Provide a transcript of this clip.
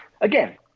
again